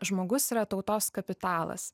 žmogus yra tautos kapitalas